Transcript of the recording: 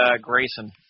Grayson